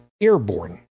airborne